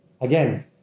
Again